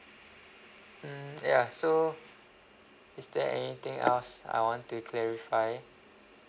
hmm ya so is there anything else I want to clarify